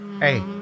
hey